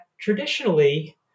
traditionally